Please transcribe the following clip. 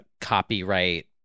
copyright